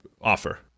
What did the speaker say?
offer